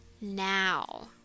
now